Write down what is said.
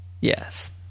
Yes